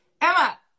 Emma